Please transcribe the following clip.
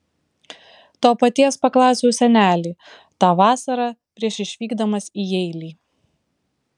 to paties paklausiau senelį tą vasarą prieš išvykdamas į jeilį